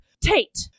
tate